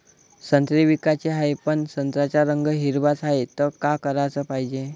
संत्रे विकाचे हाये, पन संत्र्याचा रंग हिरवाच हाये, त का कराच पायजे?